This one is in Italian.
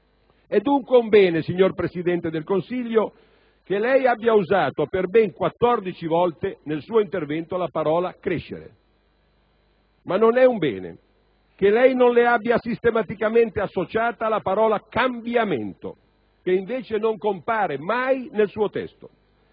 È dunque un bene, signor Presidente del Consiglio, che lei abbia usato per ben 14 volte, nel suo intervento, la parola «crescere». Ma non è un bene che lei non le abbia sistematicamente associato la parola «cambiamento» che invece non compare mai nel suo testo.